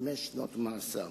חמש שנות מאסר,